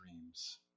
dreams